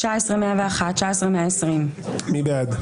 18,441 עד 18,460. מי בעד?